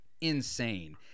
insane